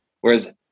Whereas